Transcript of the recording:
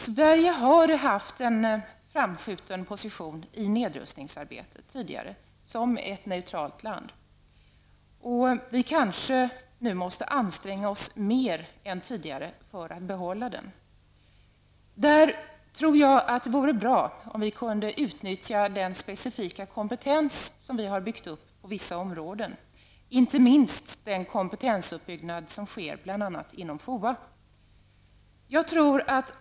Sverige har som ett neutralt land tidigare haft en framskjuten position i nedrustningsarbetet, och vi kanske nu måste anstränga oss mer än tidigare för att behålla den positionen. Jag tror att det i det sammanhanget vore bra om vi kunde utnyttja den specifika kompetens som vi har byggt upp på vissa områden, inte minst den kompetensuppbyggnad som sker bl.a. inom FOA.